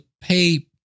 pay